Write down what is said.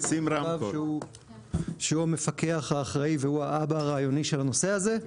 --- שהוא המפקח האחראי והוא האבא הרעיוני של הנושא הזה.